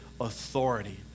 authority